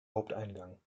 haupteingang